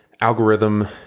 algorithm